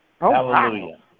Hallelujah